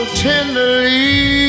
tenderly